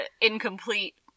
incomplete